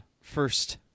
first